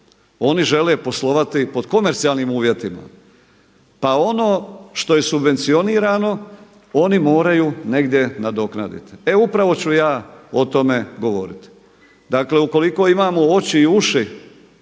Oni žele poslovati pod komercijalnim uvjetima, pa ono što je subvencionirano oni moraju negdje nadoknaditi. E upravo ću ja o tome govoriti. Dakle, ukoliko imamo oči i uši